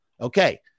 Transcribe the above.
Okay